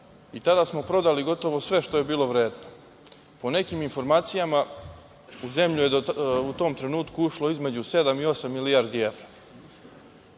Tada smo prodali gotovo sve što je bilo vredno. Po nekim informacijama u zemlju je u tom trenutku ušlo između sedam i osam milijardi evra.